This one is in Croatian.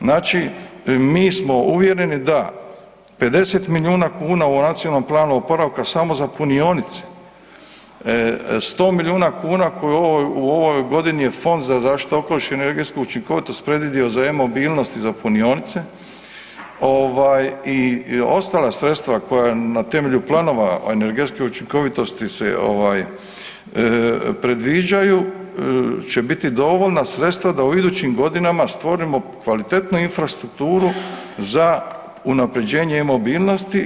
Znači, mi smo uvjereni da 50 milijuna kuna u nacionalnom planu oporavka samo za punionice, 100 milijuna kuna koje u ovoj godini je Fond za zaštitu okoliša i energetsku učinkovitost predvidio za e-mobilnost i za punionice ovaj i ostala sredstva koja na temelju planova energetske učinkovitosti se ovaj predviđaju će biti dovoljna sredstva da u idućim godinama stvorimo kvalitetnu infrastrukturu za unapređenje mobilnosti.